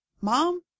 Mom